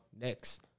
next